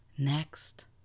Next